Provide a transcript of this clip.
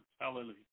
Hallelujah